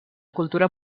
cultura